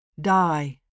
Die